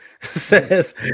says